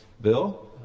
Bill